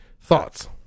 Thoughts